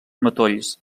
matolls